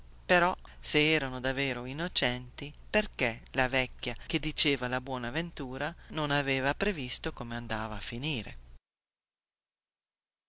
però se erano davvero innocenti perchè la vecchia che diceva la buona ventura non aveva previsto come andava a finire